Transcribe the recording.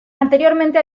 anteriormente